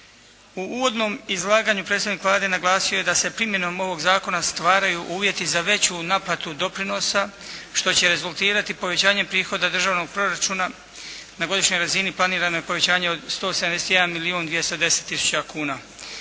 U uvodnom izlaganju predstavnik Vlade naglasio je da se primjenom ovog zakona stvaraju uvjeti za veću naplatu doprinosa što će rezultirati povećanjem prihoda državnog proračuna na godišnjoj razini planiranog povećanja od 171 milijun 210 tisuća kuna.